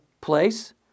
place